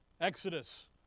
Exodus